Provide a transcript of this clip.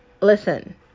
Listen